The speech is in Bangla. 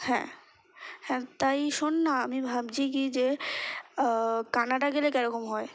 হ্যাঁ হ্যাঁ তাই শোন না আমি ভাবছি কি যে কানাডা গেলে কীরকম হয়